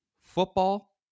football